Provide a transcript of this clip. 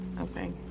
Okay